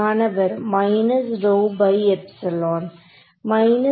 மாணவர் சரி